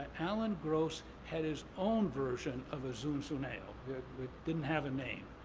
alan gross had his own version of a zunzuneo that didn't have a name,